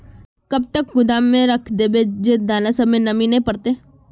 कब तक गोदाम में रख देबे जे दाना सब में नमी नय पकड़ते?